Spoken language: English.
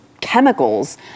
chemicals